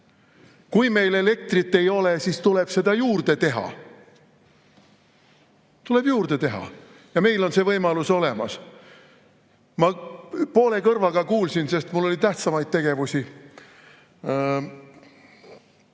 Kui meil elektrit ei ole, siis tuleb seda juurde teha. Tuleb juurde teha! Meil on see võimalus olemas. Ma poole kõrvaga kuulsin, sest mul oli tähtsamaid tegevusi